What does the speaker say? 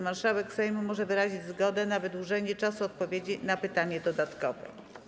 Marszałek Sejmu może wyrazić zgodę na wydłużenie czasu odpowiedzi na pytanie dodatkowe.